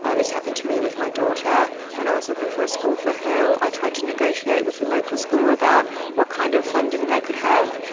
this happened to me with my daughter, when i was looking for a school for her. i tried to negotiate with the local school about what kind of funding they could have,